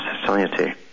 society